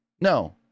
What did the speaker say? No